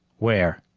where?